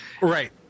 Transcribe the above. Right